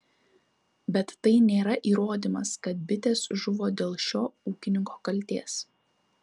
bet tai nėra įrodymas kad bitės žuvo dėl šio ūkininko kaltės